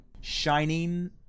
shining